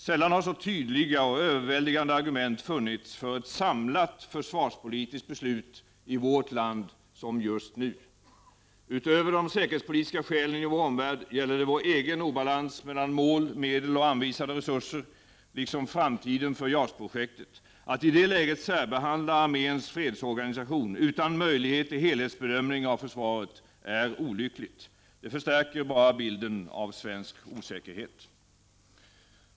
Sällan har så tydliga och överväldigande argument funnits för ett samlat försvarspolitiskt beslut i vårt land som just nu. Utöver de säkerhetspolitiska skälen i vår omvärld gäller det vår egen obalans mellan mål, medel och anvisade resurser, liksom framtiden för JAS-projektet. Att i det läget särbehandla arméns fredsorganisation, utan möjlighet till helhetsbedömning av försvaret, är olyckligt. Det förstärker bara bilden av svensk osäkerhet.